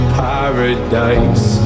paradise